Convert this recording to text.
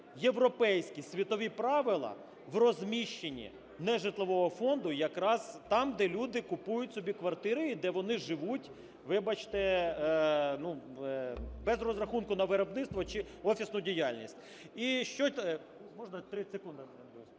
європейські світові правила в розміщенні нежитлового фонду якраз там, де люди купують собі квартири і де вони живуть, вибачте, ну, без розрахунку на виробництво чи офісну діяльність